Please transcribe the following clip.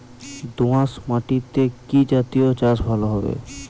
দোয়াশ মাটিতে কি জাতীয় চাষ ভালো হবে?